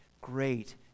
great